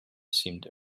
seemed